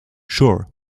sure